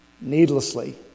needlessly